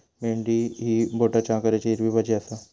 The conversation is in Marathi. भेंडी ही बोटाच्या आकाराची हिरवी भाजी आसा